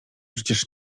przecież